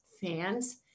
fans